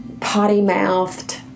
potty-mouthed